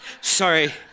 Sorry